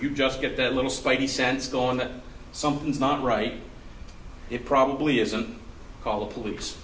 you just get that little spidey sense go on that something's not right it probably isn't called police